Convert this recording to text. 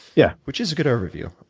yeah which is a good overview.